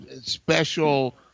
special